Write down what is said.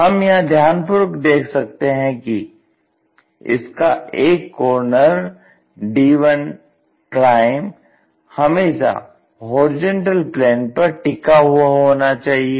हम यहां ध्यानपूर्वक देख सकते हैं कि इसका एक कॉर्नर d1 हमेशा होरिजेंटल प्लेन पर टिका हुआ होना चाहिए